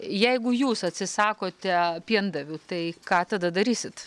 jeigu jūs atsisakote piendavių tai ką tada darysit